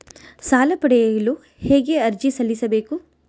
ಸಾಲ ಪಡೆಯಲು ಹೇಗೆ ಅರ್ಜಿ ಸಲ್ಲಿಸಬೇಕು?